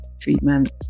treatment